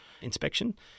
inspection